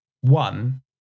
one